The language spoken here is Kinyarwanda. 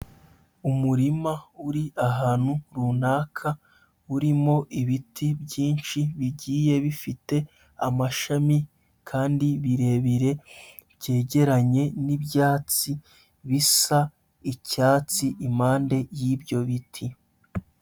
Umurima uri ahantu runaka, urimo ibiti byinshi bigiye bifite amashami kandi birebire, byegeranye n'ibyatsi bisa icyatsi impande y'ibyo biti.